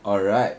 alright